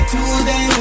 Tuesday